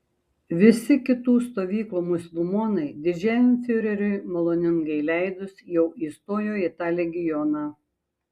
visi kitų stovyklų musulmonai didžiajam fiureriui maloningai leidus jau įstojo į tą legioną